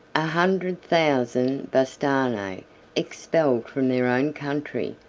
a hundred thousand bastarnae, expelled from their own country,